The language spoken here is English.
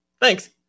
Thanks